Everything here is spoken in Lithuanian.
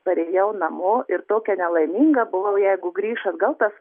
parėjau namo ir tokia nelaiminga buvau jeigu grįš atgal tas